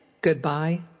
Goodbye